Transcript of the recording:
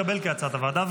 כהצעת הוועדה,